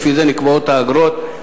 לפי זה נקבעות האגרות,